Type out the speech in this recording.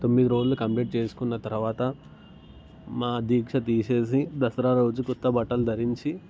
తొమ్మిది రోజులు కంప్లీట్ చేసుకున్న తర్వాత మా దీక్ష తీసేసి దసరా రోజు కొత్త బట్టలు ధరించి